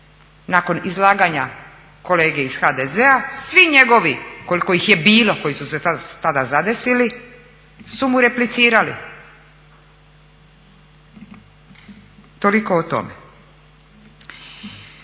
Nakon izlaganja kolege iz HDZ-a svi njegovi koliko ih je bilo, koji su se tada zadesili, su mu replicirali. Toliko o tome.